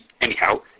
anyhow